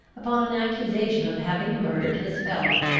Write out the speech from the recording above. upon an accusation of having murdered his fellow.